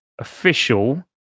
official